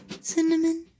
cinnamon